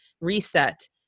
reset